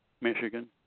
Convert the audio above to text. Michigan